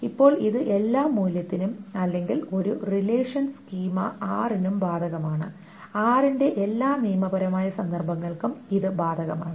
ഇപ്പോൾ ഇത് എല്ലാ മൂല്യത്തിനും അല്ലെങ്കിൽ ഒരു റിലേഷൻ സ്കീമ R നും ബാധകമാണ് R ന്റെ എല്ലാ നിയമപരമായ സന്ദർഭങ്ങൾക്കും ഇത് ബാധകമാണ്